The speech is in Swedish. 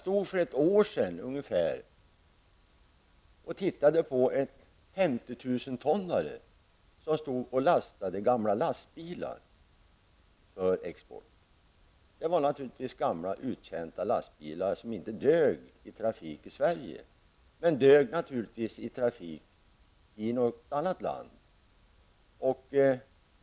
För ungefär ett år sedan stod jag och tittade på en femtiotusentonnare som lastade gamla lastbilar för export. Det var gamla, uttjänta lastbilar som inte dög för trafik i Sverige, men de dög naturligtvis för trafik i något annat land.